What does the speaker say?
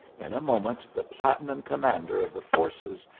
in a moment the platinum commander of the forces,